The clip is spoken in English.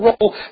role